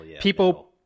people